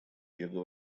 юго